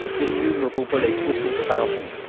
innumerable bullets whistled about us.